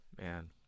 Man